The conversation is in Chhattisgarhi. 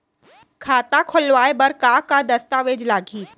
खाता खोलवाय बर का का दस्तावेज लागही?